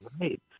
Right